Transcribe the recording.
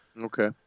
Okay